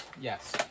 Yes